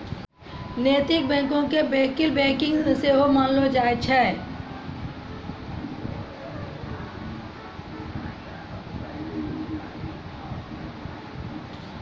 नैतिक बैंको के वैकल्पिक बैंकिंग सेहो मानलो जाय छै